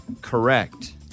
Correct